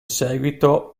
seguito